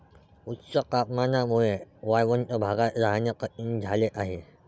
उच्च तापमानामुळे वाळवंटी भागात राहणे कठीण झाले आहे